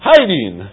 Hiding